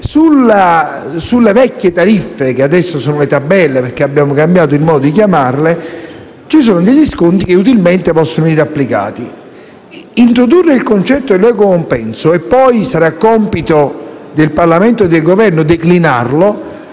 sulle vecchie tariffe - che adesso sono «tabelle» perché abbiamo cambiato il modo di chiamarle - ci sono degli sconti che utilmente possono venire applicati. Introdurre il concetto di equo compenso - che poi sarà compito del Parlamento e del Governo declinare